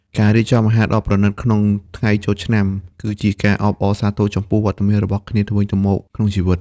ការរៀបចំអាហារដ៏ប្រណីតក្នុងថ្ងៃចូលឆ្នាំ គឺជាការអបអរសាទរចំពោះវត្តមានរបស់គ្នាទៅវិញទៅមកក្នុងជីវិត។